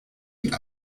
and